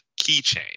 keychain